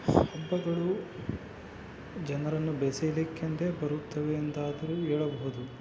ಹಬ್ಬಗಳು ಜನರನ್ನು ಬೆಸೆಯಲಿಕ್ಕೆಂದೇ ಬರುತ್ತವೆ ಎಂದಾದ್ರೂ ಹೇಳಬಹುದು